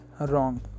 wrong